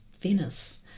Venice